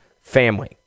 family